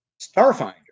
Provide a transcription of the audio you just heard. Starfinder